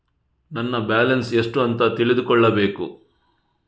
ನನ್ನ ಬ್ಯಾಲೆನ್ಸ್ ಎಷ್ಟು ಅಂತ ತಿಳಿದುಕೊಳ್ಳಬೇಕು?